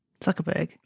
Zuckerberg